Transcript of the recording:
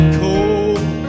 cold